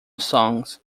songs